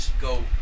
go